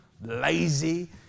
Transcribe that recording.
lazy